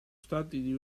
stati